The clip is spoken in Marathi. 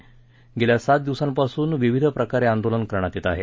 मागील सात दिवसापासून विविध प्रकारे आंदोलन करण्यात येत आहे